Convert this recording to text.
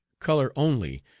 color only,